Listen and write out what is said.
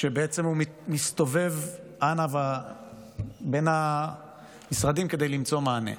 ובעצם הוא מסתובב בין המשרדים כדי למצוא מענה.